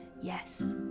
yes